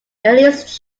earliest